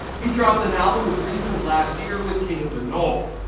he dropped an album as recent as last year with king of the nawf.